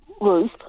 roof